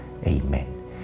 Amen